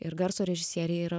ir garso režisieriai yra